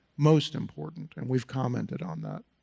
most important and we've commented on that.